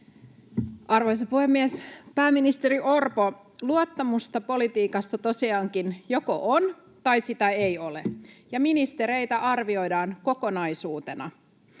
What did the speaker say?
Arvoisa puhemies! Pääministeri Orpo, luottamusta politiikassa tosiaankin joko on tai sitä ei ole, ja ministereitä arvioidaan kokonaisuutena.